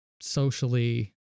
socially